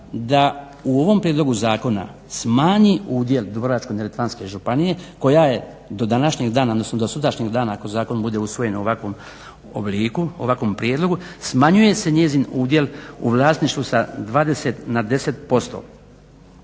da u ovom prijedlogu zakona smanji udjel Dubrovačko-neretvanske županije koja je do današnjeg dana odnosno do sutrašnjeg dana ako zakon bude usvojen u ovakvom obliku u ovakvom prijedlogu, smanjuje se njezin udjel u vlasništvu sa 20 na 10%.